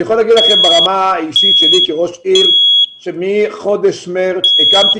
אני יכול לומר לכם ברמה האישית שלי כראש עיר שמחודש מארס הקמתי